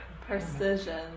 Precision